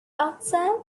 outside